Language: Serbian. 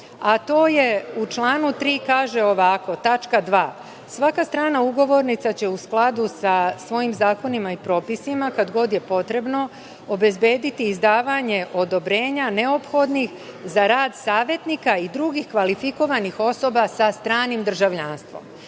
a to je u članu 3. tačka 2) kaže – Svaka strana ugovornica će u skladu sa svojim zakonima i propisima kad god je potrebno obezbediti izdavanje odobrenja neophodnih za rad savetnika i drugih kvalifikovanih osoba sa stranim državljanstvom. Znači,